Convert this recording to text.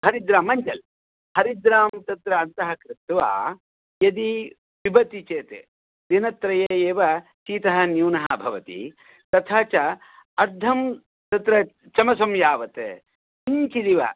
हरिद्रा मञ्जल् हरिद्रां तत्र अन्तः कृत्वा यदि पिबति चेत् दिनत्रये एव शीतः न्यूनः भवति तथा च अर्धं तत्र चमसं यावत् किञ्चिदिव